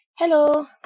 Hello